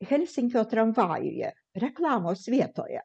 helsinkio tramvajuje reklamos vietoje